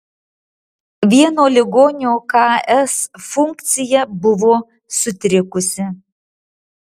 vieno ligonio ks funkcija buvo sutrikusi